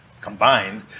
combined